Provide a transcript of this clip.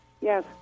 Yes